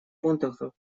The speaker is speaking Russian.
пунктов